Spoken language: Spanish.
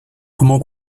como